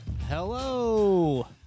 Hello